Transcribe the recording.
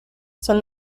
son